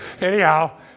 Anyhow